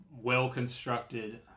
well-constructed